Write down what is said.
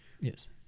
Yes